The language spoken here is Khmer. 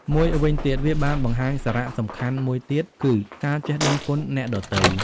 មួយវិញទៀត វាបានបង្ហាញសារៈសំខាន់មួយទៀតគឺ ការចេះដឹងគុណអ្នកដទៃ។